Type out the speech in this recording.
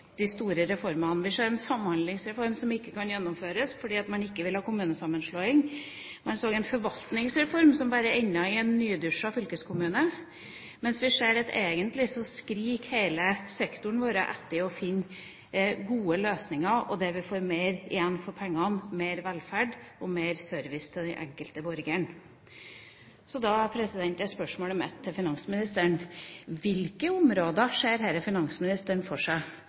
de store reformene. Vi ser en samhandlingsreform som ikke kan gjennomføres fordi man ikke vil ha kommunesammenslåing. Vi så en forvaltningsreform som bare endte i en nydusjet fylkeskommune, mens egentlig skriker hele sektoren etter å finne gode løsninger for å få mer igjen for pengene – mer velferd og mer service til den enkelte borgeren. Da er spørsmålet mitt til finansministeren: Hvilke tiltak ser finansministeren for seg